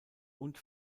und